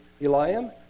Eliam